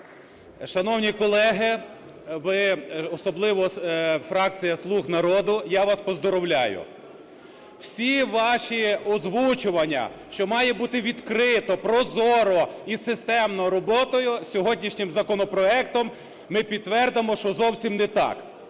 Шановні колеги, ви, особливо фракція "Слуг народу", я вас поздоровляю. Всі ваші озвучування, що має бути відкрито, прозоро і системно роботою, сьогоднішнім законопроектом ми підтвердимо, що зовсім не так.